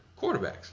quarterbacks